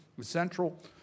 central